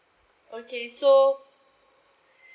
okay so